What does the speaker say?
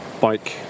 bike